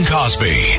Cosby